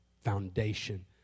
foundation